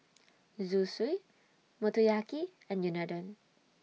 Zosui Motoyaki and Unadon